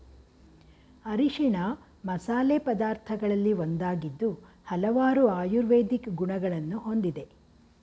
ಅರಿಶಿಣ ಮಸಾಲೆ ಪದಾರ್ಥಗಳಲ್ಲಿ ಒಂದಾಗಿದ್ದು ಹಲವಾರು ಆಯುರ್ವೇದಿಕ್ ಗುಣಗಳನ್ನು ಹೊಂದಿದೆ